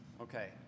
Okay